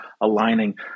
aligning